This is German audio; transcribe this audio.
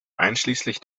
einschließlich